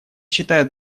считает